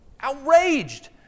outraged